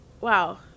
Wow